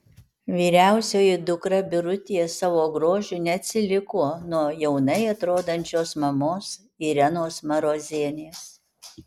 vyriausioji dukra birutė savo grožiu neatsiliko nuo jaunai atrodančios mamos irenos marozienės